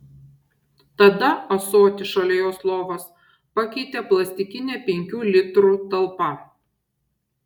tada ąsotį šalia jos lovos pakeitė plastikinė penkių litrų talpa